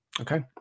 okay